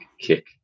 kick